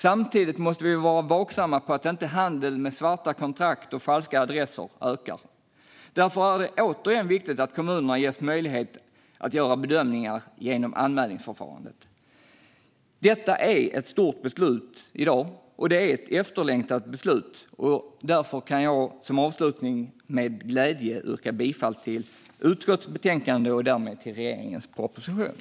Samtidigt måste vi vara vaksamma på att handel med svarta kontrakt och falska adresser inte ökar. Därför är det återigen viktigt att kommunerna ges möjlighet att göra bedömningar genom anmälningsförfarandet. Detta är ett stort beslut i dag, och det är ett efterlängtat beslut. Därför kan jag som avslutning med glädje yrka bifall till förslaget i utskottets betänkande och därmed till regeringens proposition.